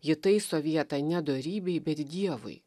ji taiso vietą ne dorybei bet dievui